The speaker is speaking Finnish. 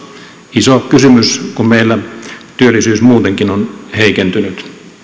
iso kysymys kun meillä työllisyys muutenkin on heikentynyt